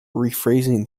rephrasing